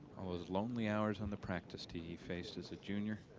all those lonely hours on the practice tee he faces a junior